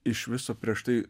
iš viso prieš tai